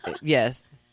yes